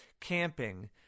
camping